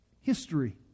history